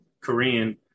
Korean